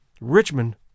Richmond